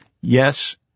yes